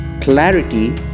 clarity